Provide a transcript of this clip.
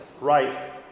right